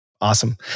Awesome